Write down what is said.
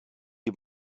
die